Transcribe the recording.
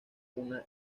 una